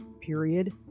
period